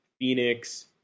Phoenix